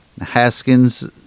Haskins